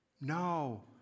No